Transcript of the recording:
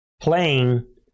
playing